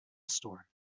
store